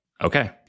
Okay